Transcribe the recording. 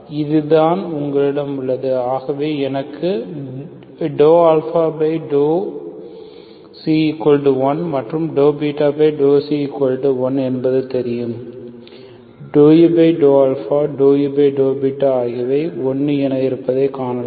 இதுதான் உங்களிடம் உள்ளது ஆகவே எனக்கு ∂α1 மற்றும் ∂β1 என்பது தெரியும் ∂u∂α∂u∂β ஆகியவை 1 என இருப்பதைக் காணலாம்